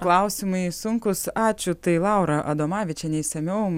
klausimai sunkūs ačiū tai laura adomavičienė išsamiau